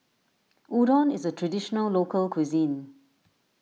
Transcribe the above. Udon is a Traditional Local Cuisine